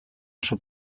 oso